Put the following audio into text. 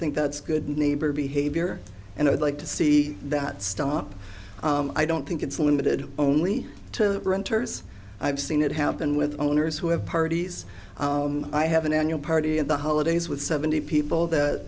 think that's good neighbor behavior and i'd like to see that stop i don't think it's limited only to renters i've seen it happen with owners who have parties i have an annual party in the holidays with seventy people that